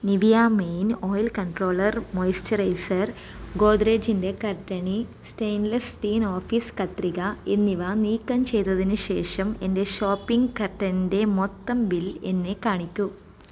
Nivea men oil control moisturiser ഗോദ്റെജിന്റെ കാർട്ടിനി stainless steel office കത്രിക എന്നിവ നീക്കം ചെയ്തതിന് ശേഷം എന്റെ ഷോപ്പിംഗ് കാർട്ടിന്റെ മൊത്തം ബിൽ എന്നെ കാണിക്കൂ